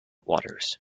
waters